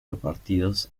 repartidos